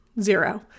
zero